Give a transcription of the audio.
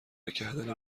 کردن